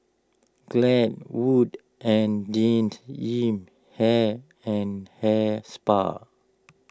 Glade Wood's and Jean Yip Hair and Hair Spa